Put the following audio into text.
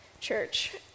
Church